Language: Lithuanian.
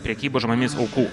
prekybos žmonėmis aukų